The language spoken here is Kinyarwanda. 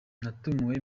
narumiwe